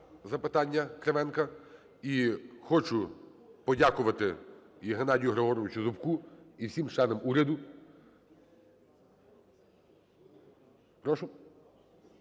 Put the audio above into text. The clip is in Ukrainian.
запитання Кривенка. І хочу подякувати і Геннадію Григоровичу Зубку, і всім членам уряду. (Шум